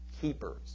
keepers